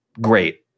great